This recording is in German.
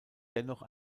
dennoch